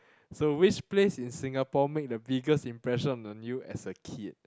so which place in Singapore made the biggest impression on you as a kid